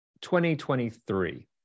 2023